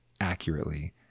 accurately